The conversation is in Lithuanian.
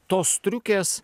tos striukės